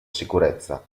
sicurezza